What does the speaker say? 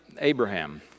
Abraham